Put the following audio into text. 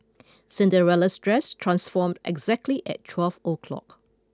Cinderella's dress transformed exactly at twelve o'clock